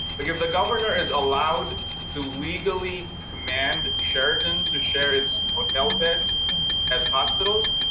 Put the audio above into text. like if the governor is allowed to legally command sheraton to share its hotel beds as hospitals,